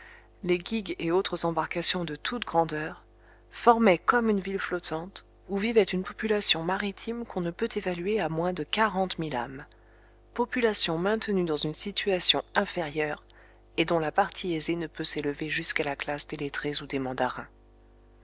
les gigs et autres embarcations de toutes grandeurs formaient comme une ville flottante où vivait une population maritime qu'on ne peut évaluer à moins de quarante mille âmes population maintenue dans une situation inférieure et dont la partie aisée ne peut s'élever jusqu'à la classe des lettrés ou des mandarins